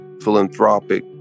philanthropic